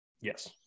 Yes